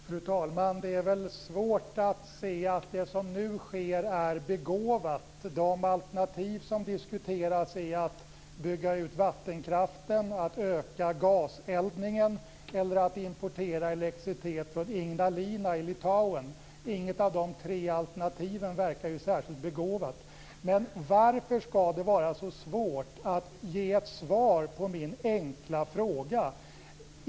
Fru talman! Det är svårt att se att det som nu sker är begåvat. De alternativ som diskuteras är att bygga ut vattenkraften, att öka gaseldningen eller att importera elektricitet från Ignalina i Litauen. Inget av de tre alternativen verkar särskilt begåvat. Varför skall det vara så svårt att ge ett svar på min enkla fråga?